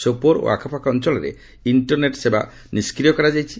ସୋପୋର୍ ଓ ଆଖପାଖ ଅଞ୍ଚଳରେ ଇଣ୍ଟର୍ନେଟ୍ ସେବା ନିଷ୍କ୍ରିୟ କରାଯାଇଛି